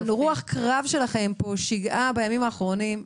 רוח הקרב שלכם פה שיגעה בימים האחרונים,